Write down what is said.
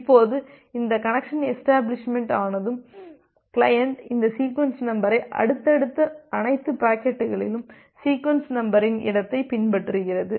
இப்போது இந்த connection establishment ஆனதும் கிளையன்ட் இந்த சீக்வென்ஸ் நம்பரை அடுத்தடுத்த அனைத்து பாக்கெட்டுகளும் சீக்வென்ஸ் நம்பரின் இடத்தைப் பின்பற்றுகிறது